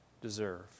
deserve